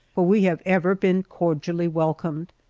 where we have ever been cordially welcomed.